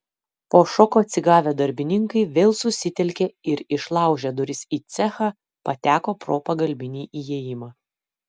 po šoko atsigavę darbininkai vėl susitelkė ir išlaužę duris į cechą pateko pro pagalbinį įėjimą